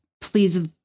please